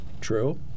True